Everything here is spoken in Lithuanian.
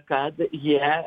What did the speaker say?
kad jie